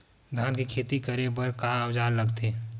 धान के खेती करे बर का औजार लगथे?